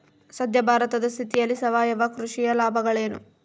ಸದ್ಯ ಭಾರತದ ಸ್ಥಿತಿಯಲ್ಲಿ ಸಾವಯವ ಕೃಷಿಯ ಲಾಭಗಳೇನು?